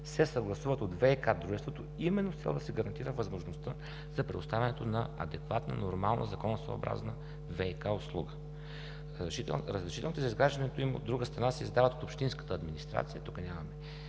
се съгласуват от ВиК дружеството, именно с цел да гарантира възможността за предоставянето на адекватна, нормална, законосъобразна ВиК услуга. Разрешителни за изграждането им, от друга страна, се издават от общинската администрация. Тук няма